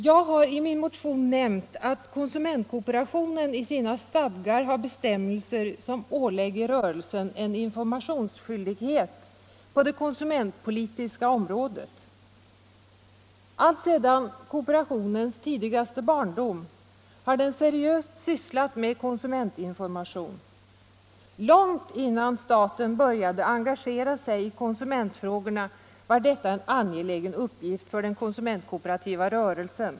Jag har i min motion nämnt att konsumentkooperationen i sina stadgar har bestämmelser som ålägger rörelsen en informationsskyldighet på det konsumentpolitiska området. Alltsedan kooperationens tidigaste barndom har den seriöst sysslat med konsumentinformation. Långt innan staten började engagera sig i konsumentfrågorna var detta en angelägen uppgift för den konsumentkooperativa rörelsen.